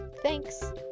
Thanks